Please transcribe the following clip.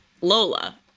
Lola